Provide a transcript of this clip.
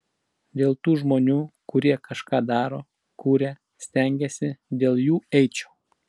dėl tų žmonių kurie kažką daro kuria stengiasi dėl jų eičiau